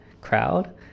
crowd